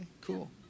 cool